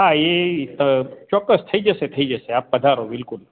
હાં એ એ ચોક્કસ થઈ જશે થઈ જશે આપ પધારો